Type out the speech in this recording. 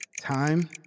Time